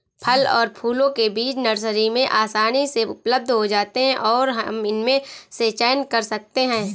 फल और फूलों के बीज नर्सरी में आसानी से उपलब्ध हो जाते हैं और हम इनमें से चयन कर सकते हैं